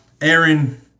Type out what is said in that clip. Aaron